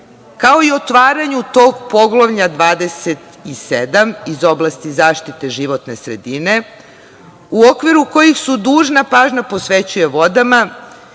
kao i otvaranju tog poglavlja 27 iz oblasti zaštite životne sredine, u okviru kojih se dužna pažnja posvećuje vodama,